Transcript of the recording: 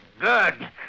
Good